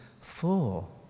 full